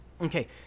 okay